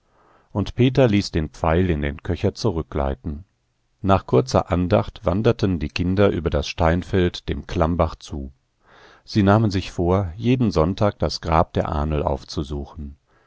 und peter ließ den pfeil in den köcher zurückgleiten nach kurzer andacht wanderten die kinder über das steinfeld dem klammbach zu sie nahmen sich vor jeden sonntag das grab der ahnl aufzusuchen